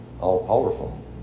all-powerful